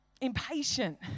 impatient